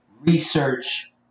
research